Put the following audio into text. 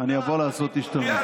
אני אבוא לעשות השתלמות.